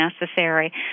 necessary